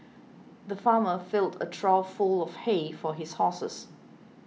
the farmer filled a trough full of hay for his horses